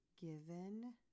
given